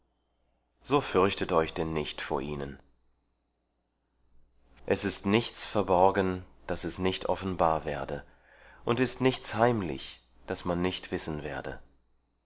so fürchtet euch denn nicht vor ihnen es ist nichts verborgen das es nicht offenbar werde und ist nichts heimlich das man nicht wissen werde